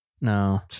No